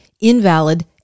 invalid